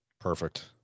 perfect